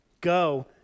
Go